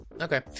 Okay